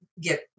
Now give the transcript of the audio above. get